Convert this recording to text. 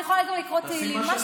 בוא,